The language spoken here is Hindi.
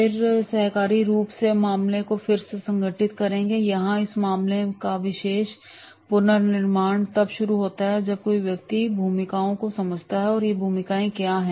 फिर सहकारी रूप से मामले को फिर से संगठित करें यहां इस मामले का विशेष पुनर्निर्माण तब शुरू होता है जब कोई व्यक्ति भूमिकाओं को समझता है और ये भूमिकाएँ क्या है